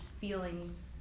feelings